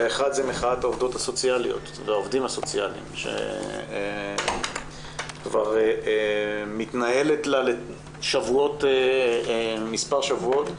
אחד זה מחאת העובדות והעובדים הסוציאליים שכבר מתנהלת לה מספר שבועות.